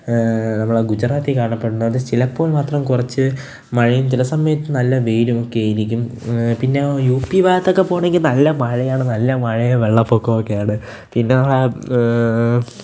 നമ്മളെ ഗുജറാത്തില് കാണപ്പെടുന്നത് ചിലപ്പോൾ മാത്രം കുറച്ച് മഴയും ചില സമയത്ത് നല്ല വെയിലുമൊക്കെയായിരിക്കും പിന്നെ യു പി ഭാഗത്തൊക്കെ പോകാണെങ്കിൽ നല്ല മഴയും നല്ല മഴയും വെള്ളപ്പൊക്കവുമൊക്കെയാണ് പിന്നെ